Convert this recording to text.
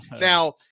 now